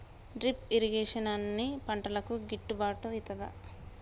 Drip irrigation అన్ని పంటలకు గిట్టుబాటు ఐతదా?